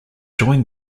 joined